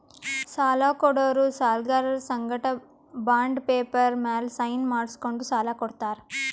ಸಾಲ ಕೊಡೋರು ಸಾಲ್ಗರರ್ ಸಂಗಟ ಬಾಂಡ್ ಪೇಪರ್ ಮ್ಯಾಲ್ ಸೈನ್ ಮಾಡ್ಸ್ಕೊಂಡು ಸಾಲ ಕೊಡ್ತಾರ್